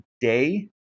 day